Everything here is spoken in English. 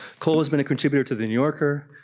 cole has been a contributor to the new yorker,